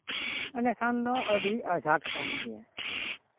ᱮᱱᱰᱮᱠᱷᱟᱱ ᱫᱚ ᱟᱹᱰᱤ ᱟᱡᱷᱟᱴ ᱠᱟᱱ ᱜᱮᱭᱟ